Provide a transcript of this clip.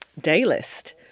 Daylist